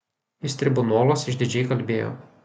jis tribunoluos išdidžiai kalbėjo